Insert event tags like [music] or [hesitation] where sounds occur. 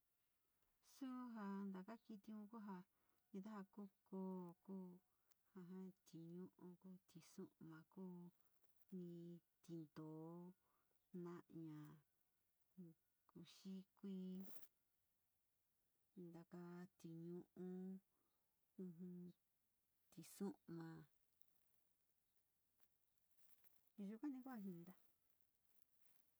Suu ja taka kitiun kuu ja kitia ja kuu koo kuu, [hesitation] tiñu´u kuu, tsu´uma kuu, ni tintió, na´aña, ku xikui ntaka tinu´u, uju, tisu´uma yuka ni ku ja jinida.